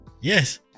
Yes